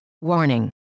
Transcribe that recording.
Warning